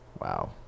wow